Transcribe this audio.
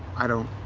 i don't